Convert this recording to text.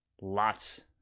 lots